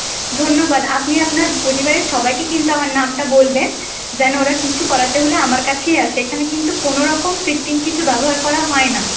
ধন্যবাদ আপনি আপনার পরিবারের সবাইকে কিন্তু আমার নামটা বলবেন যেন ওরা কিছু করাতে হলে আমার কাছেই আসে এখানে কিন্তু কোনোরকম কৃত্রিম কিছু ব্যবহার করা হয় না